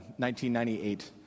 1998